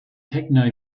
techno